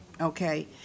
Okay